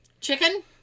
Chicken